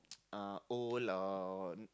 uh old or